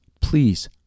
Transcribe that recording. please